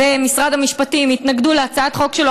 ומשרד המשפטים להצעת חוק שלו,